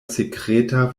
sekreta